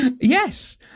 Yes